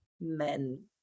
men